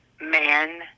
man